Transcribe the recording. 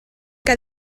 que